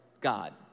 God